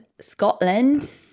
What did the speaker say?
Scotland